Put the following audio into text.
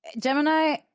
Gemini